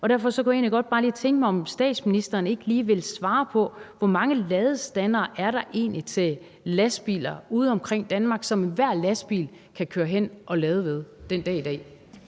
Derfor kunne jeg egentlig godt bare lige tænke mig at høre, om statsministeren ikke lige vil svare på spørgsmålet: Hvor mange ladestandere er der egentlig til lastbiler udeomkring i Danmark, som enhver lastbil kan køre hen og lade ved den dag i dag?